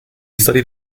studied